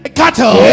cattle